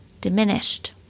diminished